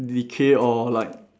decay or like